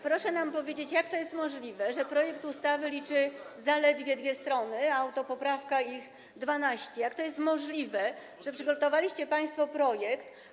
Proszę nam powiedzieć, jak to jest możliwe, że projekt ustawy liczy zaledwie 2 strony, a autopoprawka 12 stron, jak to jest możliwe, że przygotowaliście państwo projekt.